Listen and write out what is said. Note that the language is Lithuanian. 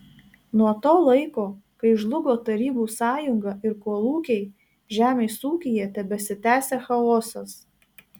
nuo to laiko kai žlugo tarybų sąjunga ir kolūkiai žemės ūkyje tebesitęsia chaosas